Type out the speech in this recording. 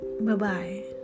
bye-bye